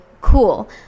cool